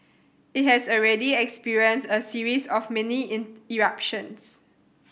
it has already experienced a series of mini eruptions